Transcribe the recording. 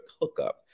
hookup